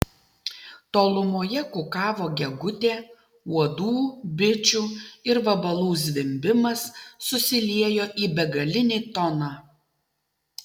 tolumoje kukavo gegutė uodų bičių ir vabalų zvimbimas susiliejo į begalinį toną